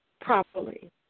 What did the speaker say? properly